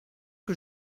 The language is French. que